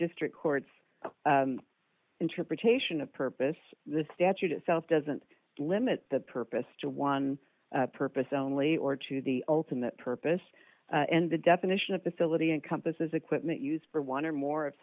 district court's interpretation of purpose the statute itself doesn't limit the purpose to one purpose only or to the ultimate purpose and the definition of the philippi encompasses equipment used for one or more of